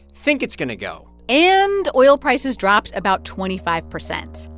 think it's going to go and oil prices dropped about twenty five percent,